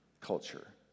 culture